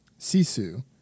Sisu